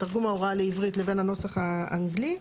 תרגום ההוראה לעברית לבין הנוסח האנגלי.